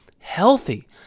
healthy